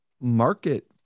market